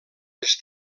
més